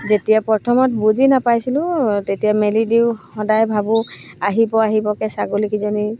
যেতিয়া প্ৰথমত বুজি নাপাইছিলোঁ তেতিয়া মেলি দিওঁ সদায় ভাবোঁ আহিব আহিবকৈ ছাগলীকেইজনী